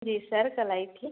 जी sir कल आई थी